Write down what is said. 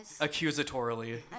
Accusatorily